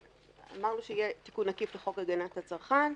אמרנו שיהיה תיקון עקיף לחוק הגנת הצרכן,